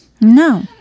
no